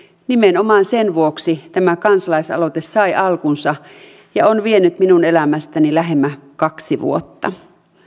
nimenomaan sen vuoksi tämä kansalaisaloite sai alkunsa ja on vienyt minun elämästäni lähemmäksi kaksi vuotta